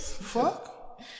Fuck